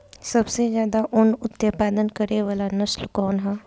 सबसे ज्यादा उन उत्पादन करे वाला नस्ल कवन ह?